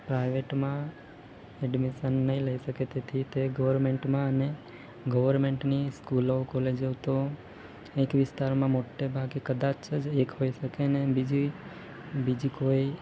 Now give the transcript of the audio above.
પ્રાઈવેટમાં admission નહીં લઈ શકે તેથી તે ગવર્મેન્ટમાં અને ગવર્મેન્ટની સ્કૂલો કોલેજો તો એક વિસ્તારમાં મોટે ભાગે કદાચ જ એક હોઈ શકેને બીજી બીજી કોઈ